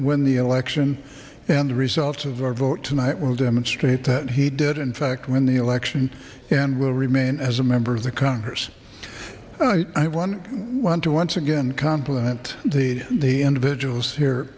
win the election and the results of our vote tonight will demonstrate that he did in fact win the election and will remain as a member of the congress i want to want to once again compliment the the individuals here